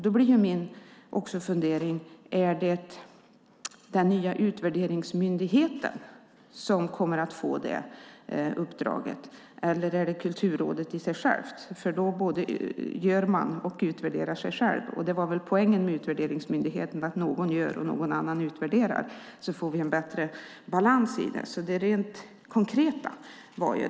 Då blir min fundering: Är det den nya utvärderingsmyndigheten som kommer att få det uppdraget, eller är det Kulturrådet i sig självt? Då både gör man och utvärderar man sig själv, och poängen med utvärderingsmyndigheten var väl att någon gör och någon annan utvärderar för att vi ska få en bättre balans. Det var det rent konkreta.